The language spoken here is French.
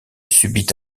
subit